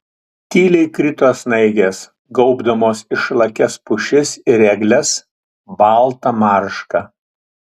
tyliai krito snaigės gaubdamos išlakias pušis ir egles balta marška